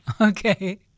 Okay